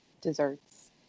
desserts